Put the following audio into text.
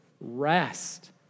rest